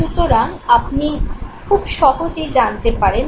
সুতরাং আপনি খুব সহজেই জানতে পারেন